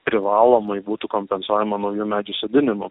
privalomai būtų kompensuojama naujų medžių sodinimu